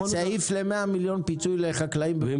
סעיף ל-100 מיליון שקל לחקלאים, כולל רטרואקטיבית.